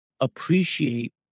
appreciate